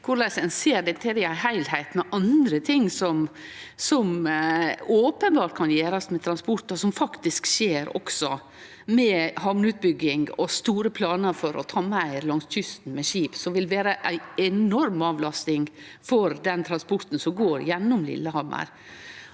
ein ser dette i ein heilskap med andre ting som openbert kan gjerast med transport, og som faktisk skjer også, med hamneutbygging og store planar for å ta meir langs kysten med skip, som vil vere ei enorm avlasting for den transporten som går gjennom Lillehammer.